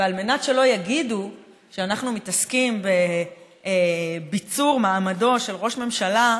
ועל מנת שלא יגידו שאנחנו מתעסקים בביצור מעמדו של ראש ממשלה מושחת,